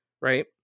right